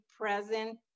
present